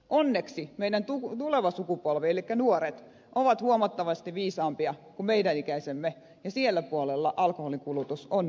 onneksi meidän tuleva sulkupolvemme elikkä nuoret ovat huomattavasti viisaampia kuin meidän ikäisemme ja siellä puolella alkoholin kulutus on jo laskussa